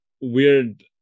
weird